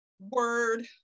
word